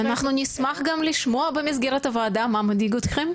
אנחנו נשמח גם לשמוע במסגרת הוועדה מה מדאיג אתכם,